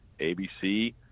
ABC